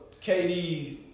KD's